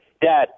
Dad